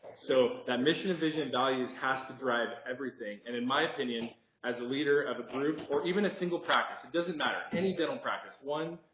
so that mission of vision values has to drive everything and in my opinion as a leader but or even a single practice it doesn't matter any dental practice one,